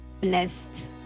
blessed